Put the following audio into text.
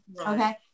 Okay